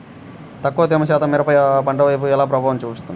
తక్కువ తేమ శాతం మిరప పంటపై ఎలా ప్రభావం చూపిస్తుంది?